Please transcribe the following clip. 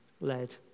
led